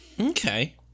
Okay